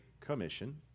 Commission